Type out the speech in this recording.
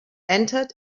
entered